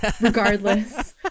regardless